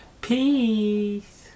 Peace